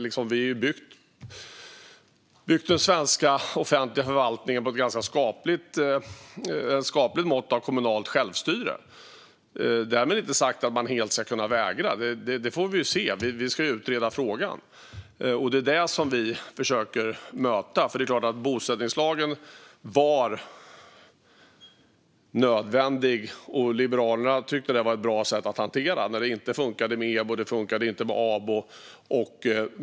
Vi har byggt den svenska offentliga förvaltningen på ett ganska skapligt mått av kommunalt självstyre. Därmed inte sagt att man helt ska kunna vägra. Det får vi se. Vi ska utreda frågan. Det är vad vi försöker att möta. Det är klart att bosättningslagen var nödvändig. Liberalerna tyckte att det var ett bra sätt att hantera det när det inte fungerade med EBO och ABO.